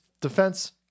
defense